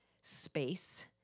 space